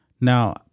Now